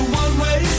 one-way